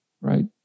right